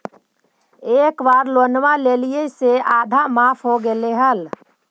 एक बार लोनवा लेलियै से आधा माफ हो गेले हल?